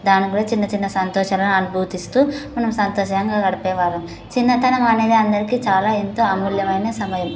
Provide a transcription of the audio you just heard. దాని గురించి చిన్న చిన్న సంతోషాలను అనుభూతిస్తూ మనం సంతోషంగా గడిపేవాళ్ళం చిన్నతనం అనేది అందరికి చాలా ఎంతో అమూల్యమైన సమయం